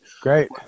Great